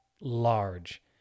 large